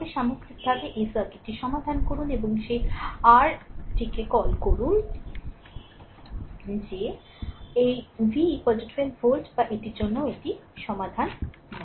সামগ্রিকভাবে এই সার্কিটটি সমাধান করুন এবং সেই r টিকে কল করুন যে এই v 12 ভোল্ট বা এটির জন্য এটিও সমাধান নয়